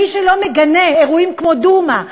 מי שלא מגנה אירועים כמו דומא,